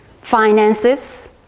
finances